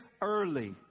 early